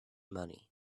money